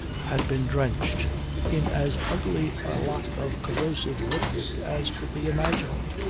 had been drenched in as ugly a lot of corrosive liquid as could be imagined.